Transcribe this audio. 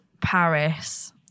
Paris